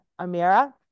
Amira